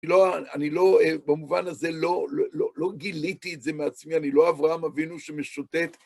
אני לא, אני לא, במובן הזה, לא, לא גיליתי את זה מעצמי, אני לא אברהם אבינו שמשוטט.